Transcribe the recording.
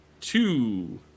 two